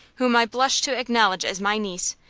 whom i blush to acknowledge as my niece,